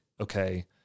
okay